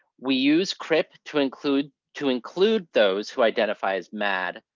we use crip to include to include those who identify as mad,